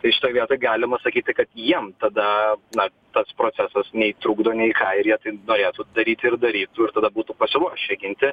tai šitoj vietoj galima sakyti kad jiem tada na pats procesas nei trukdo nei ką ir jie tai norėtų daryt ir darytų ir tada būtų pasiruošę ginti